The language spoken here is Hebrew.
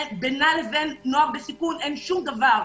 שבינה לבין נוער בסיכון אין שום דבר,